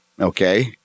Okay